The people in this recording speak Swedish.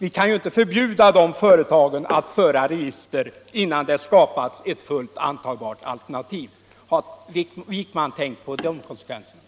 Vi kan ju inte förbjuda postorderföretagen att föra register innan det skapas ett fullt antagbart alternativ. Har herr Wijkman tänkt på de konsekvenserna?